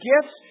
gifts